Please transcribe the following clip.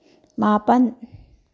ꯃꯥꯄꯟ